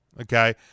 Okay